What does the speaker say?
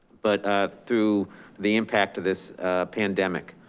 but through the impact of this pandemic.